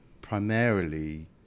primarily